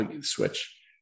switch